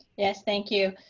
yes. thank you.